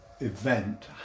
event